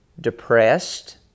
depressed